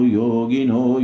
yogino